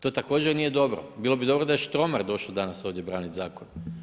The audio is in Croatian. To također nije dobro, bilo bi dobro da je Štromar došao danas ovdje braniti zakon.